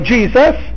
Jesus